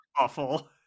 awful